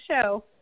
show